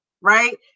Right